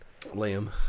Liam